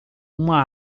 uma